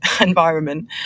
environment